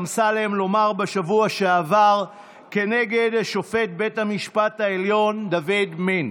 אמסלם לומר בשבוע שעבר כנגד שופט בית המשפט העליון דוד מינץ,